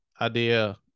idea